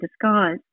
disguise